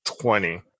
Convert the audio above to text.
twenty